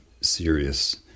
serious